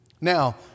Now